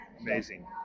amazing